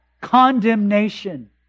condemnation